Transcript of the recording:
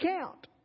count